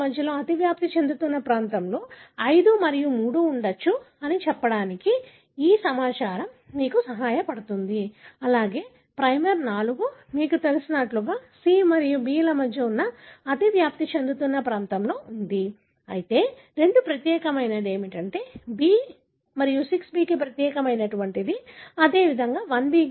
ల మధ్య అతివ్యాప్తి చెందుతున్న ప్రాంతంలో 5 మరియు 3 ఉండవచ్చు అని చెప్పడానికి ఈ సమాచారం మీకు సహాయపడుతుంది అలాగే ప్రైమర్ 4 మీకు తెలిసినట్లుగా C మరియు B ల మధ్య అతివ్యాప్తి చెందుతున్న ప్రాంతంలో ఉంది అయితే 2 ప్రత్యేకమైనది B 6 B కి ప్రత్యేకమైనది మరియు అదేవిధంగా 1 B